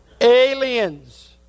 aliens